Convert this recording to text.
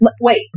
Wait